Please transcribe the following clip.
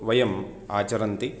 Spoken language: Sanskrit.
वयम् आचरन्ति